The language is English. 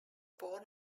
born